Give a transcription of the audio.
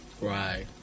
Right